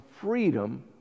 freedom